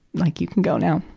like you can go now.